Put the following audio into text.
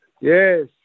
Yes